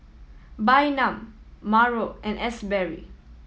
Bynum Marco and Asberry